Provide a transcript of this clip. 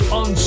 on